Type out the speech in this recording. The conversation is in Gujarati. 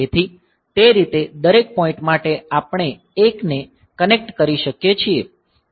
તેથી તે રીતે દરેક પોઈન્ટ માટે આપણે 1 ને કનેક્ટ શકીએ છીએ